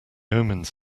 omens